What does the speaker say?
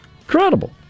Incredible